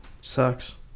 Sucks